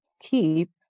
keep